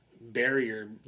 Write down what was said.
barrier